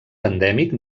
endèmic